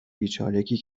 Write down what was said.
بیچارگی